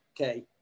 Okay